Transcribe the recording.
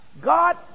God